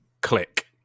click